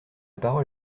parole